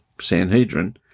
Sanhedrin